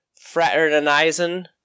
fraternizing